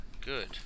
Good